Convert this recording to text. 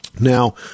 Now